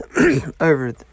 over